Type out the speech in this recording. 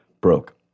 broke